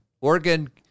Oregon –